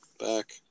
back